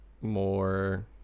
more